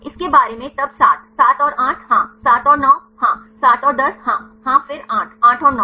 इसके बारे में तब 7 7 और 8 हाँ 7 और 9 हाँ 7 और 10 हाँ हाँ फिर 8 8 और 9